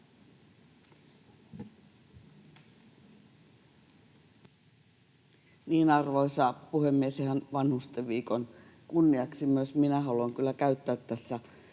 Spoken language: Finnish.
Arvoisa puhemies! Ihan Vanhustenviikon kunniaksi myös minä haluan kyllä käyttää tässä